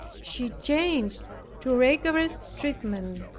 she changed to rigorous treatment.